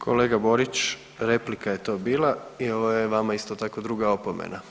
Kolega Borić, replika je to bila, i ovo je vama isto tako, druga opomena.